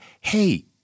Hey